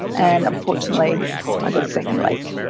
and unfortunately i got a second like